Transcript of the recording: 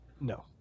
no